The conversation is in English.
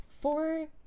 four-